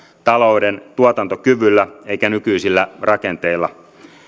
talouden tuotantokyvyllä eikä nykyisillä rakenteilla